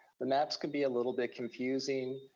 the maps can be a little bit confusing.